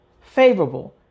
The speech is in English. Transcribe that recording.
favorable